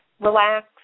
relax